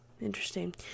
Interesting